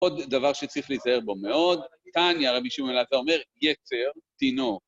עוד דבר שצריך להזהר בו מאוד, טניה, רבי שמולה, אתה אומר, יצר, תינוק.